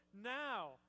now